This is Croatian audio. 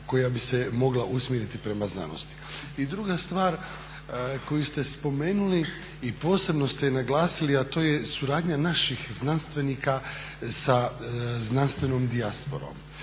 koja bi se mogla usmjeriti prema znanosti. I druga stvar koju ste spomenuli i posebno ste ju naglasili, a to je suradnja naših znanstvenika sa znanstvenom dijasporom